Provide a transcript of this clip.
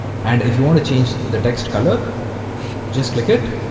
and if you want to change the text color just click it